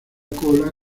cola